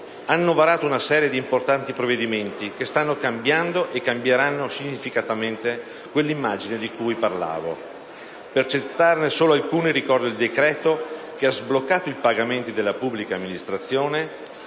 hanno varato una serie di importanti provvedimenti che stanno cambiando e cambieranno significativamente quell'immagine di cui ho parlato. Per citarne solo alcuni, ricordo il decreto che ha sbloccato i pagamenti della pubblica amministrazione